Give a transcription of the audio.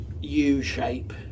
U-shape